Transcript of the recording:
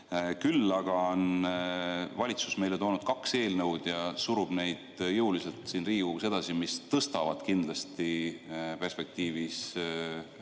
Küll aga on valitsus meile toonud kaks eelnõu ja surub neid jõuliselt siin Riigikogus edasi. Need tõstavad kindlasti perspektiivis